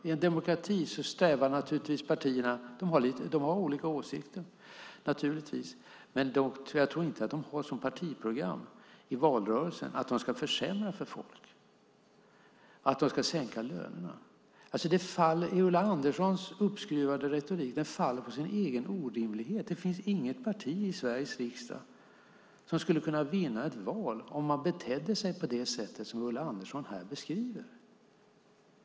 I en demokrati har partierna naturligtvis olika åsikter, men de har inte som partiprogram i valrörelsen att försämra folk och sänka lönerna. Ulla Anderssons uppskruvade retorik faller på sin egen orimlighet. Det finns inget parti i Sveriges riksdag som skulle kunna vinna ett val om man betedde sig på det sätt som Ulla Andersson här beskriver.